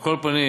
על כל פנים,